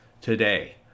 today